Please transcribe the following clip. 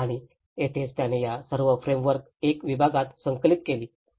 आणि तेथेच त्याने या सर्व फ्रेमवर्क एका विभागात संकलित केले